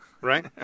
right